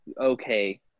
okay